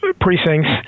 precincts